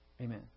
Amen